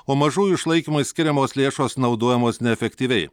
o mažųjų išlaikymui skiriamos lėšos naudojamos neefektyviai